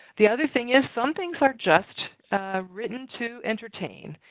the other thing is some things are just written to entertain.